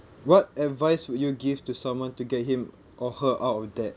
what advice would you give to someone to get him or her out of debt